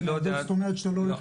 זה אומר שאתה לא יודע כמה אתה הולך